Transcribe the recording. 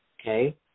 Okay